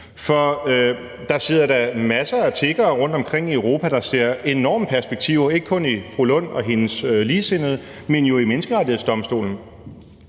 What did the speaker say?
der sidder da masser af tiggere rundtomkring i Europa, der ser enorme perspektiver, ikke kun i fru Rosa Lund og hendes ligesindede, men jo i Menneskerettighedsdomstolen.